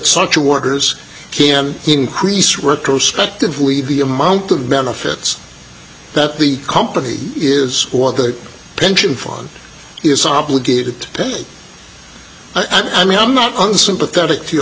such workers can increase retrospectively the amount of benefits that the company is what the pension fund is obligated to pay i mean i'm not unsympathetic to your